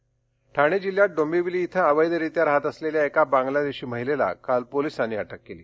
ठाणे ठाणे जिल्ह्यात डोंबिवली इथं अवैघरित्या राहात वसलेल्या एका बांगलादेशी महिलेला काल पोलीसांनी अटक केली